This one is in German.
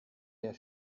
der